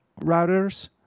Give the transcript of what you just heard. routers